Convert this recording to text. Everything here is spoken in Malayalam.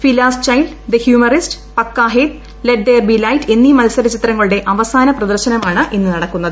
ഫില്ലാസ്ട്ര ചൈൽഡ്ദി ഹ്യൂമറിസ്റ് പക്കാഹേത് ലെറ്റ് ദെയർ ബി ലൈറ്റ് എന്നീ മത്സര ചിത്രങ്ങളുടെ അവസാന പ്രദർശനമാണ് ഇന്ന് നടക്കുന്നത്